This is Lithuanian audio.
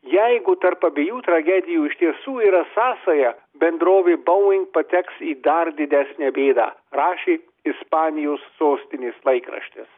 jeigu tarp abiejų tragedijų iš tiesų yra sąsaja bendrovė boeing pateks į dar didesnę bėdą rašė ispanijos sostinės laikraštis